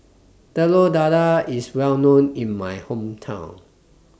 Telur Dadah IS Well known in My Hometown